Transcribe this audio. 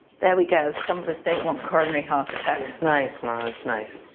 there we go. some of us don't want coronary heart attacks. nice nice nice.